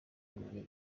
olivier